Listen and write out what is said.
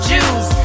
Jews